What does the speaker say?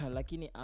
Lakini